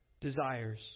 desires